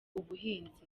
ubuhinzi